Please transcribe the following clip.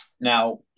Now